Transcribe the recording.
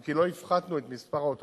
אם כי לא הפחתנו את מספר האוטובוסים,